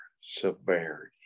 severity